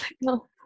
No